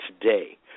today